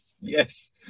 Yes